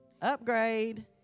upgrade